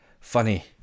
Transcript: funny